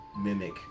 mimic